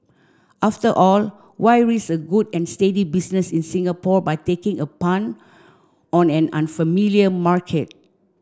after all why risk a good and steady business in Singapore by taking a punt on an unfamiliar market